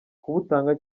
kuwutanga